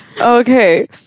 Okay